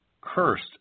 Cursed